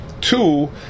two